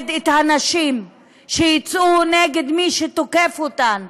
לעודד נשים שיצאו נגד מי שתוקף אותן,